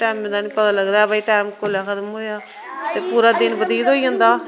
टेंमे दा नेई पता लगदा है भाई टेंम कुसलै खत्म होआ ते पूरा दिन बतीत होई जंदा